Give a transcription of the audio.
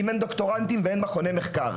אם אין דוקטורנטים ואין מכוני מחקר?